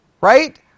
right